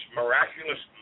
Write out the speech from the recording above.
miraculous